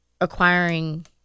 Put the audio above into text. acquiring